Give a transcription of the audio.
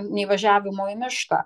nei važiavimo į mišką